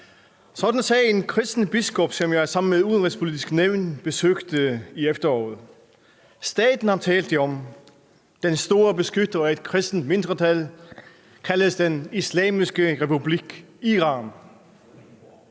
Sådan sagde en kristen biskop, som jeg sammen med Det Udenrigspolitiske Nævn besøgte i efteråret. Staten, han talte om – den store beskytter af et kristent mindretal – kaldes Den Islamiske Republik Iran.